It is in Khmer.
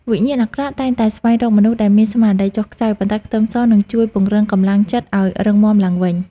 វិញ្ញាណអាក្រក់តែងតែស្វែងរកមនុស្សដែលមានស្មារតីចុះខ្សោយប៉ុន្តែខ្ទឹមសនឹងជួយពង្រឹងកម្លាំងចិត្តឱ្យរឹងមាំឡើងវិញ។